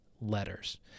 letters